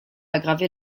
aggravé